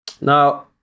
Now